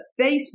Facebook